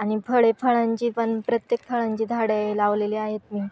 आणि फळे फळांची पण प्रत्येक फळांची झाडे लावलेले आहेत मी